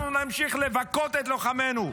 אנחנו נמשיך לבכות את לוחמינו,